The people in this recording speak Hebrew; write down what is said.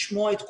לשמוע את כולם,